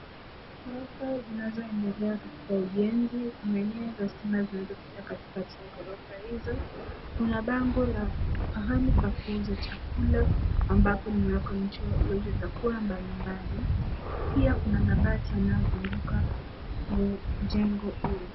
Ghorofa zinazoendelea katika ujenzi. Kuna nyaya za stima zinazopita katikati ya ghorofa hizo. Kuna bango la mahali pa kuuza chakula ambapo limewekwa mchorojo vyakula mbali mbali. Pia kuna mabati yanayozunguka jengo huo.